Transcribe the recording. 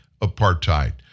apartheid